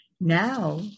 now